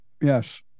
yes